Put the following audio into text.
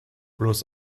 bloß